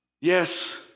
Yes